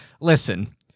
listen